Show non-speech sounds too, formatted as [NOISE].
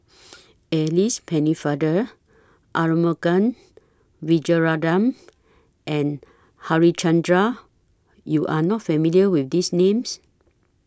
Alice Pennefather Arumugam [NOISE] Vijiaratnam [NOISE] and Harichandra YOU Are not familiar with These Names